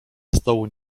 stołu